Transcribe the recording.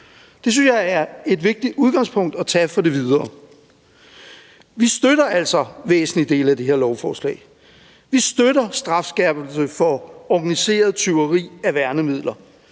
jeg er et vigtigt udgangspunkt at tage for det videre arbejde. Vi støtter altså væsentlige dele af det her lovforslag. Vi støtter strafskærpelse for organiseret tyveri af værnemidler.